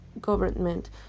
government